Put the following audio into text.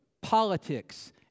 politics